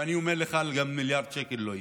ואני אומר לך: גם מיליארד שקל לא יהיה.